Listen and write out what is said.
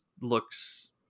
looks